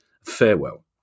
farewell